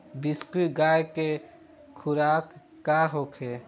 बिसुखी गाय के खुराक का होखे?